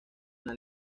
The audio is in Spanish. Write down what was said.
las